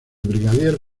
brigadier